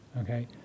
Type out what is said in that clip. okay